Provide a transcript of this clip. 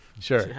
Sure